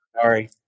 Sorry